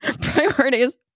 Priorities